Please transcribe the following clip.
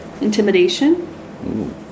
Intimidation